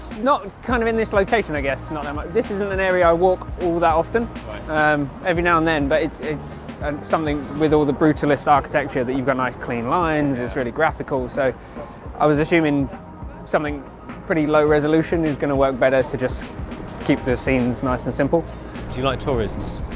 not kind of in this location, i guess not um this isn't an area. i walk all that often every now and then but it's it's and something with all the brutalist architecture that you've got nice clean lines. it's really graphical. so i was assuming something pretty low resolution is going to work better to just keep those scenes nice and simple do you like tourists?